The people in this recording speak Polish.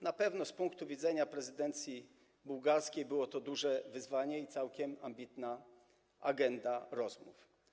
Na pewno z punktu widzenia prezydencji bułgarskiej było to duże wyzwanie i była to całkiem ambitna agenda rozmów.